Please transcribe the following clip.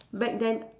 back then